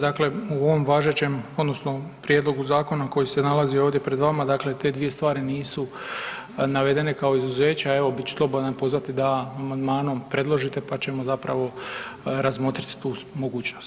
Dakle, u ovom važećem odnosno prijedlogu zakona koji se nalazi ovdje pred vama, dakle te dvije stvari nisu navedene kao izuzeća, a evo bit ću slobodan pozvati da amandmanom predložite, pa ćemo zapravo razmotrit tu mogućnost.